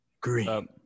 Green